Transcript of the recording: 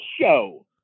show